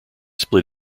split